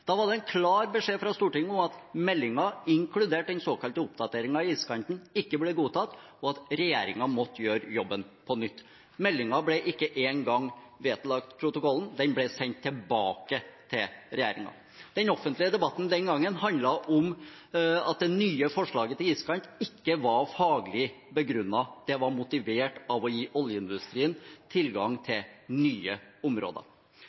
Da var det en klar beskjed fra Stortinget om at meldingen, inkludert den såkalte oppdateringen av iskanten, ikke ble godtatt, og at regjeringen måtte gjøre jobben på nytt. Meldingen ble ikke engang vedlagt protokollen; den ble sendt tilbake til regjeringen. Den offentlige debatten den gangen handlet om at det nye forslaget til iskant ikke var faglig begrunnet. Det var motivert av å gi oljeindustrien tilgang til nye områder.